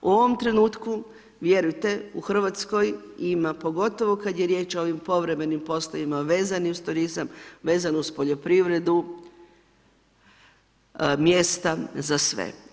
U ovom trenutku vjerujte u Hrvatskoj ima pogotovo kada je riječ o ovim povremenim poslovima vezanih uz turizam, vezano uz poljoprivredu mjesta za sve.